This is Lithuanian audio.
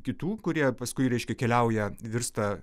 kitų kurie paskui reiškia keliauja virsta